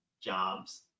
jobs